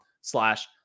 slash